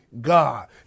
God